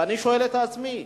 ואני שואל את עצמי,